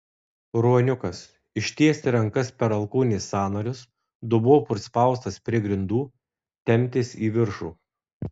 ruoniukas ištiesti rankas per alkūnės sąnarius dubuo prispaustas prie grindų temptis į viršų